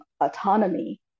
autonomy